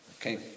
Okay